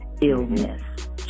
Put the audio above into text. illness